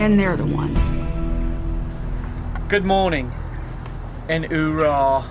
and they're the ones good morning and